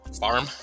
Farm